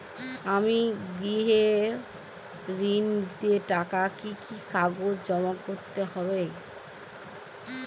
আমি গৃহ ঋণ নিতে চাই কি কি কাগজ জমা করতে হবে?